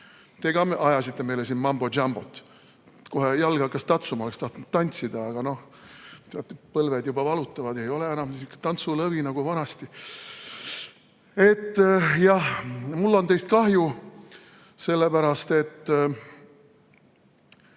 Te ka ajasite meile siinmumbo jumbo't, kohe jalg hakkas tatsuma, oleks tahtnud tantsida, aga noh, põlved juba valutavad, ei ole enam tantsulõvi nagu vanasti. Jah, mul on teist kahju, sellepärast et